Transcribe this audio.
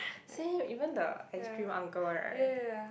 see even the ice cream uncle right